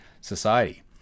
Society